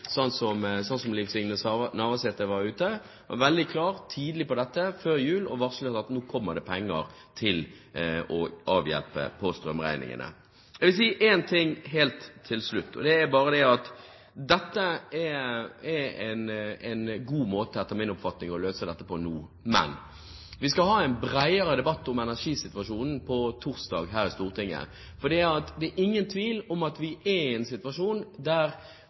Liv Signe Navarsete varslet før jul – at nå kommer det penger for å avhjelpe situasjonen når det gjelder strømregningene. Jeg vil si en ting helt til slutt, og det er at dette er en god måte – etter min oppfatning – å løse dette på nå. Men vi skal ha en bredere debatt om energisituasjonen her i Stortinget på torsdag, for det er ingen tvil om at vi er i en situasjon der